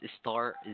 star